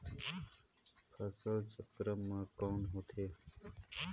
फसल चक्रण मा कौन होथे?